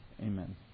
Amen